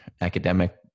academic